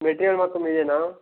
material మొత్తం మీదేనా